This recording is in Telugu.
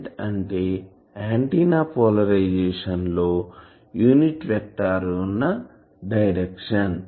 aant అంటే ఆంటిన్నా పోలరైజేషన్ లో యూనిట్ వెక్టార్ వున్న డైరెక్షన్